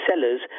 sellers